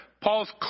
Paul's